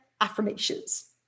affirmations